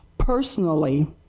personally,